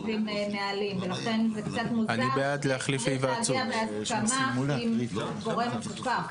ולכן זה קצת מוזר להגיע בהסכמה עם גורם מפוקח,